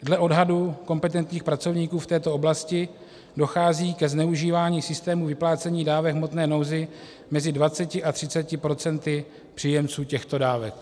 Dle odhadů kompetentních pracovníků v této oblasti dochází ke zneužívání systému vyplácení dávek v hmotné nouzi mezi 20 a 30 procenty příjemců těchto dávek.